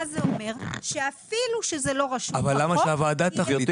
זה אומר שאפילו שזה לא רשום בחוק --- אבל למה שהוועדה תחליט?